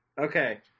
Okay